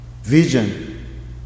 vision